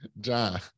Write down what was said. John